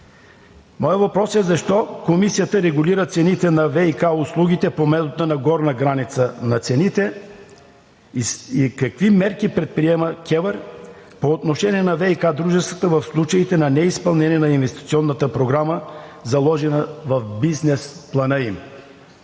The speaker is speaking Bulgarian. Моят въпрос е: защо Комисията регулира цените на ВиК услугите по метода на горната граница на цените и какви мерки предприема КЕВР по отношение на ВиК дружествата в случаите на неизпълнение на инвестиционната програма, заложена в бизнес плана им?